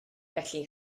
felly